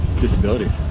disabilities